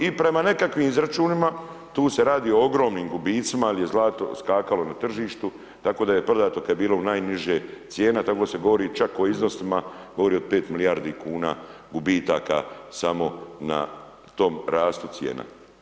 I prema nekakvim izračunima, tu se radi o ogromnim gubicima jer je zlato skakalo na tržištu tako da je prodato kad je bilo u najniže cijena, tako se govori čak o iznosima govori o 5 milijardi kuna gubitaka samo na tom rastu cijena.